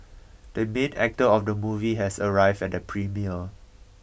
the main actor of the movie has arrived at the premiere